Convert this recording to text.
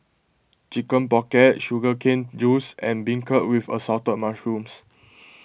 Chicken Pocket Sugar Cane Juice and Beancurd with Assorted Mushrooms